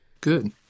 good